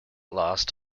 lost